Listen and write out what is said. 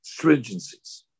stringencies